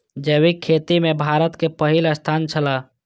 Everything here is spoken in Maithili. जैविक खेती में भारत के पहिल स्थान छला